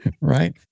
Right